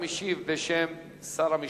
חבר הכנסת נחמן שי, הוא משיב בשם שר המשפטים,